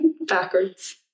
Backwards